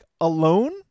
alone